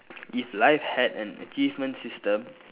if life had an achievement system